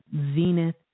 zenith